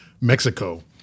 Mexico